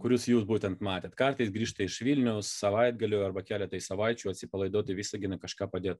kuriuos jūs būtent matėt kartais grįžta iš vilniaus savaitgaliui arba keletai savaičių atsipalaiduot į visaginą kažką padėt